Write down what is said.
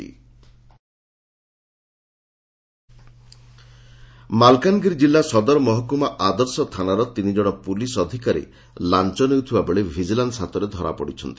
vigilance ଚଢ଼ଉ ମାଲକାନଗିରି ଜିଲ୍ଲା ସଦର ମହକୁମା ଆଦର୍ଶ ଥାନାର ତିନି ଜଣ ପୁଲିସ୍ ଅଧିକାରୀ ଲାଞ ନେଉଥିବା ବେଳେ ଭିଜିଲାନ୍ ହାତରେ ଧରା ପଡ଼ିଛନ୍ତି